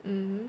mm